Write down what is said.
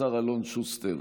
השר אלון שוסטר,